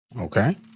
Okay